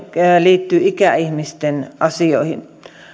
liittyy ikäihmisten asioihin